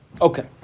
Okay